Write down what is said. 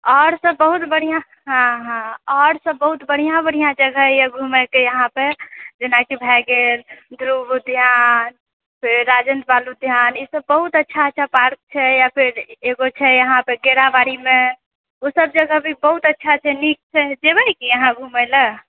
आओर सभ बहुत बढ़िआँ हँ हँ आओर सभ बहुत बढिआँ बढिआँ जगह यऽ घुमए कऽ यहाँ पर जेनाकि भए गेल ध्रुव उद्यान फेर राजेन्द्र बाल उद्यान ई सब बहुत अच्छा अच्छा पार्क छै या फिर एकगो छै यहाँ पऽर केराबारिमे ओ सब जगह भी बहुत अच्छा छै नीक छै जेबए कि अहाँ घुमए लऽ